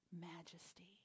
majesty